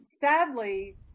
sadly